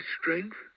strength